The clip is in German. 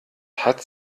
hat